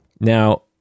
Now